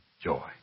Joy